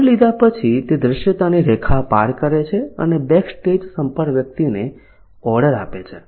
order લીધા પછી તે દૃશ્યતાની રેખા પાર કરે છે અને બેકસ્ટેજ સંપર્ક વ્યક્તિને ઓર્ડર આપે છે